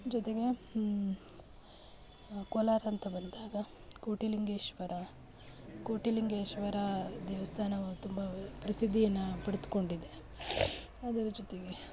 ಜೊತೆಗೆ ಕೋಲಾರಂತ ಬಂದಾಗ ಕೋಟಿಲಿಂಗೇಶ್ವರ ಕೋಟಿಲಿಂಗೇಶ್ವರ ದೇವಸ್ಥಾನವು ತುಂಬ ಪ್ರಸಿದ್ಧಿಯನ್ನು ಪಡೆದುಕೊಂಡಿದೆ ಅದರ ಜೊತೆಗೆ